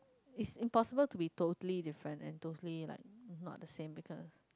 is impossible to be totally different and totally like not the same because